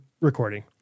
recording